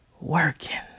working